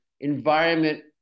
environment